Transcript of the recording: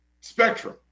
spectrum